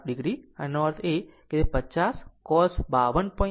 આમ તેનો અર્થ એ થાય કે જો તે 50 cos 52